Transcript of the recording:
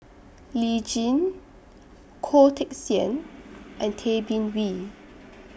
Lee Tjin Goh Teck Sian and Tay Bin Wee